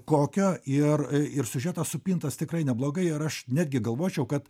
kokio ir ir siužetas supintas tikrai neblogai ir aš netgi galvočiau kad